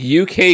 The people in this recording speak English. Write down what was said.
UK